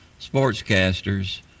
sportscasters